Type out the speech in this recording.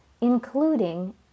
including